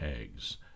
eggs